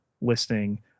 listing